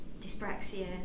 dyspraxia